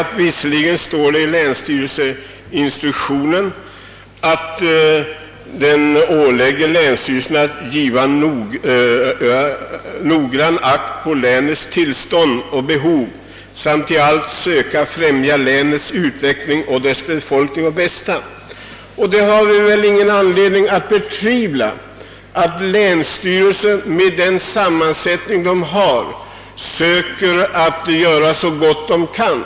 Föreliggande instruktion ålägger länsstyrelsen att noggrant ge akt på länets tillstånd och behov och att i allt söka främja länets utveckling och befolkningens bästa. Med den sammansättning som länsstyrelsen har finns ingen anledning betvivla att den söker göra så gott den kan.